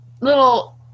little